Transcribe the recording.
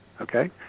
Okay